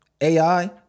AI